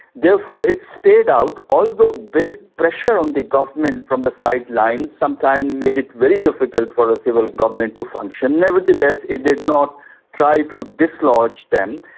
therefore it stayed out although built pressure on the government from the sidelines, sometimes made it very difficult for the civil government to function, nevertheless it did not try to dislodge them.